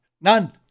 None